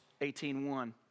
18.1